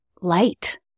light